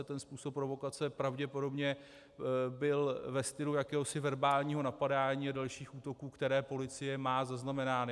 Ten způsob provokace pravděpodobně byl ve stylu jakéhosi verbálního napadání a dalších útoků, které policie má zaznamenány.